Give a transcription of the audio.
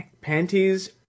panties